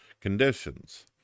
conditions